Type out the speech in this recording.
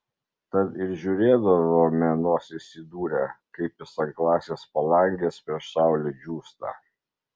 tad ir žiūrėdavome nosis įdūrę kaip jis ant klasės palangės prieš saulę džiūsta